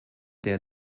der